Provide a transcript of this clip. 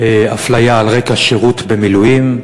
אפליה על רקע שירות במילואים.